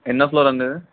ఎన్నో ఫ్లోర్ అండి ఇది